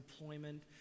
employment